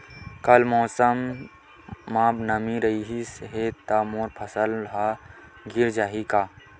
कल मौसम म नमी रहिस हे त मोर फसल ह गिर जाही का?